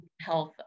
health